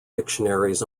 dictionaries